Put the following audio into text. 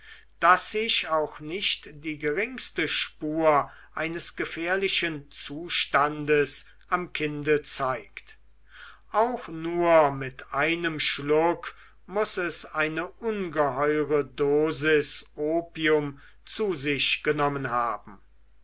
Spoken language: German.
daß sich auch nicht die geringste spur eines gefährlichen zustandes am kinde zeigt auch nur mit einem schluck muß es eine ungeheure dosis opium zu sich genommen haben